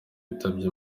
witabye